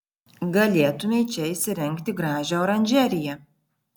galėtumei čia įsirengti gražią oranžeriją